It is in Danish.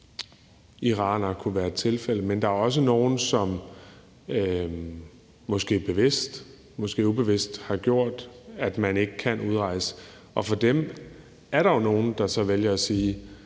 iranere kunne være et tilfælde af det – men der er også nogle, som måske bevidst og måske ubevidst har gjort sådan, at man ikke kan udrejse, og af dem er der jo nogle, der så vælger at sige,